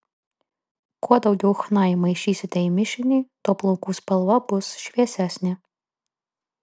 kuo daugiau chna įmaišysite į mišinį tuo plaukų spalva bus šviesesnė